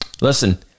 Listen